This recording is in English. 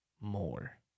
more